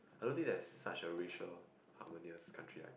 I don't think there's such a racial harmonious country like